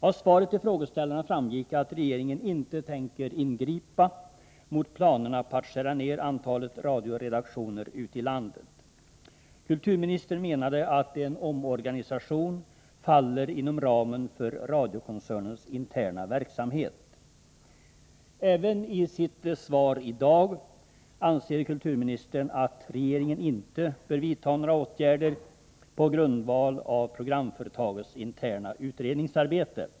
Av svaret till frågeställarna framgick att regeringen inte tänker ingripa mot planerna på att skära ner antalet radioredaktioner ute i landet. Kulturministern menade att en omorganisation faller inom ramen för radiokoncernens interna verksamhet. Även i sitt svar i dag anser kulturministern att regeringen inte bör vidta några åtgärder på grundval av programföretagets interna utredningsarbete.